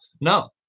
No